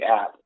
app